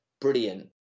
Brilliant